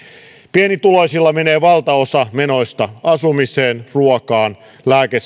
pienituloisilla menee valtaosa menoista asumiseen ruokaan lääke